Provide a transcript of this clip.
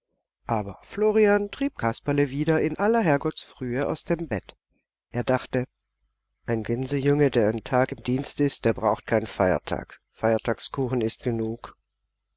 aber florian trieb kasperle wieder in aller herrgottsfrühe aus dem bett er dachte ein gänsejunge der einen tag im dienst ist der braucht keinen feiertag feiertagskuchen ist genug